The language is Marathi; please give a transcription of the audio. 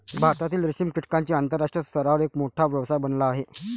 भारतातील रेशीम कीटकांचा आंतरराष्ट्रीय स्तरावर एक मोठा व्यवसाय बनला आहे